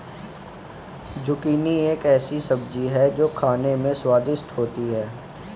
zucchini एक ऐसी सब्जी है जो खाने में स्वादिष्ट होती है